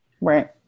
Right